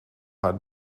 haar